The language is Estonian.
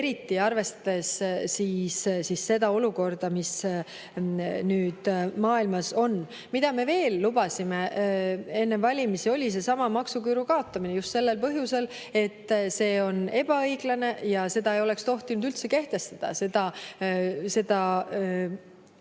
eriti arvestades seda olukorda, mis nüüd maailmas on. Mida me veel lubasime enne valimisi, oli seesama maksuküüru kaotamine just sellel põhjusel, et see on ebaõiglane ja seda ei oleks tohtinud üldse kehtestada. Seda